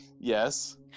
Yes